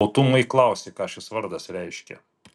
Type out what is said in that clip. o tu ūmai klausi ką šis vardas reiškia